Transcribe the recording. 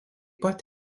pat